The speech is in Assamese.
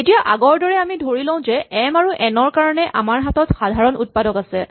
এতিয়া আগৰদৰে আমি ধৰি লওঁ যে এম আৰু এন ৰ কাৰণে আমাৰ হাতত সাধাৰণ উৎপাদক আছে